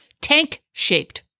tank-shaped